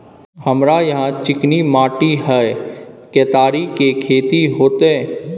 हमरा यहाँ चिकनी माटी हय केतारी के खेती होते?